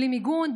בלי מיגון,